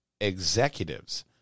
executives